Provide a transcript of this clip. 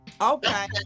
Okay